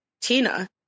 Tina